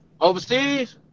Overseas